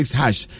hash